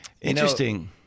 Interesting